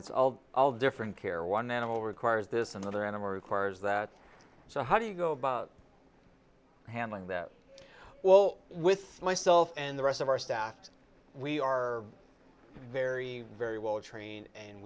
it's all all different care one animal requires this another animal requires that so how do you go about handling that well with myself and the rest of our stacked we are very very well trained and